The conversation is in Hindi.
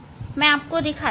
मैं आपको दिखाता हूं